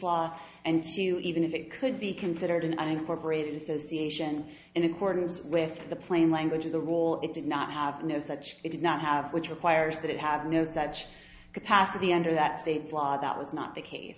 law and she even if it could be considered an unincorporated association in accordance with the plain language of the rule it did not have no such it did not have which requires that it had no such capacity under that state's law that was not the case